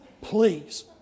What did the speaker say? Please